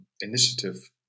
initiative